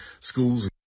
schools